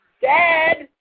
Dad